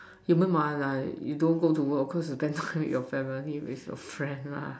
even my life you don't go to work because you spend time with family and your friends la